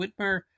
Whitmer